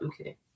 okay